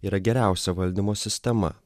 yra geriausia valdymo sistema